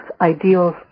ideals